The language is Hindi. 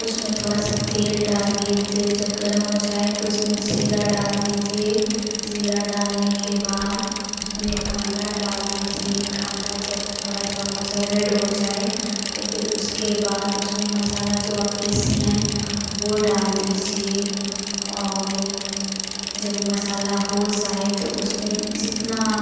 उसमें थोड़ा सा तेल डालिए तेल जब गर्म हो जाए तो उसमें ज़ीरा डाल दीजिए ज़ीरा डालने के बाद उसमें कांदा डाल दीजिए कांदा जब वो थोड़ा सा हो जाए रेड हो जाए तो फिर उसके बाद उसमें मसाला जो आप पीसी हैं वो डाल दीजिए और जब वो मसाला हो ज़ाए तो उसमें जितना